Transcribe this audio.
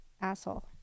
Asshole